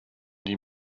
die